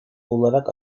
olarak